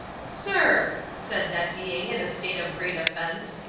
sir! said that being in a state of great offence,